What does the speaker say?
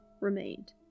remained